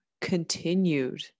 continued